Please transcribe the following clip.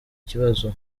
kibazo